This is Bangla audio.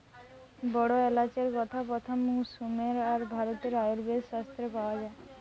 বড় এলাচের কথা প্রথম সুমের আর ভারতের আয়ুর্বেদ শাস্ত্রে পাওয়া যায়